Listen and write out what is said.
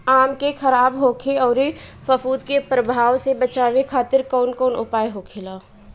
आम के खराब होखे अउर फफूद के प्रभाव से बचावे खातिर कउन उपाय होखेला?